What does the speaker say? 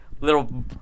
little